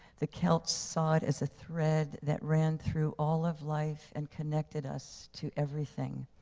the celts saw it as a thread that ran through all of life and connected us to everything.